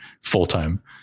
full-time